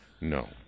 No